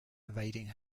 evading